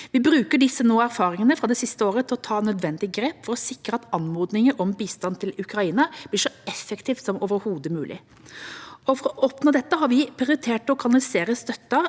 Vi bruker nå erfaringene fra det siste året til å ta nødvendige grep for å sikre at anmodninger om bistand til Ukraina blir behandlet så effektivt som overhodet mulig. For å oppnå dette har vi prioritert å kanalisere støtten